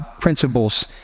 Principles